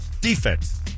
Defense